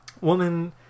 woman